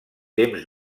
temps